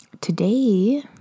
Today